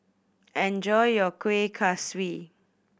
enjoy your Kuih Kaswi